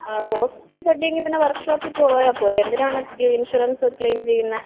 ആ പോസ്റ്റിൽ തട്ടിയെങ്കിൽ പിന്നെ വർക്ക്ഷോപ്പ് പോയാൽ പോരെ എന്തിനാണ് ഇൻഷുറൻസ് ക്ലെയിം ചെയ്യുന്നത്